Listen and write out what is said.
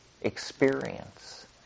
experience